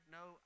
no